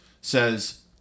Says